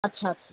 اچھا اچھا